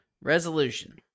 Resolution